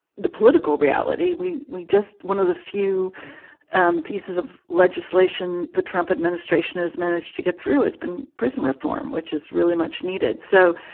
the political reality, we we just one of the few um pieces of legislation the trump administration has managed to get through has been prison reform, which is really much needed so,